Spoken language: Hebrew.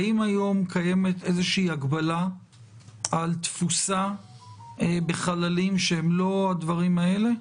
האם היום קיימת איזושהי הגבלה על תפוסה בחללים שהם לא הדברים האלה?